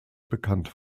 bekannt